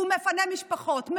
הוא מפנה משפחות.